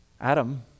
Adam